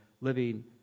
living